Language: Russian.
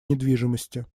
недвижимости